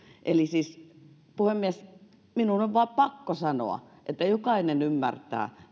eli siis puhemies minun on vain pakko sanoa että jokainen ymmärtää